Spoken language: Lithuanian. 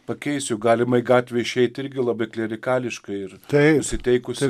pakeisiu galimai gatvę išeiti irgi labai klierikališkai ir taip nusiteikusi